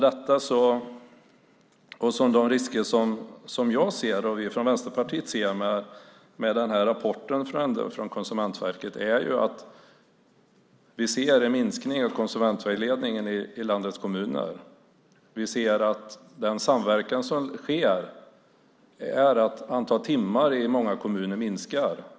De risker som jag och Vänsterpartiet ser i rapporten från Konsumentverket är en minskning av konsumentvägledningen i landets kommuner. Vi ser att den samverkan som sker gör att antalet timmar i många kommuner minskar.